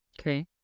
Okay